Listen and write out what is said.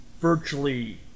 virtually